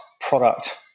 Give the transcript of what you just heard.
product